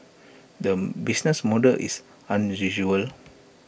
the business model is unusual